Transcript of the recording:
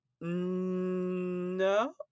No